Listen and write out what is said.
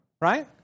right